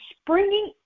springing